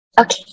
Okay